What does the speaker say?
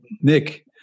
nick